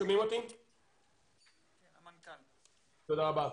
תודה רבה.